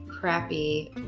crappy